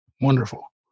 Wonderful